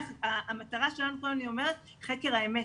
המטרה שלנו היא חקר האמת.